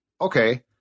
Okay